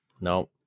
no